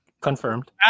Confirmed